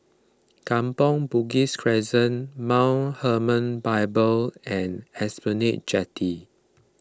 Kampong Bugis Crescent Mount Hermon Bible and Esplanade Jetty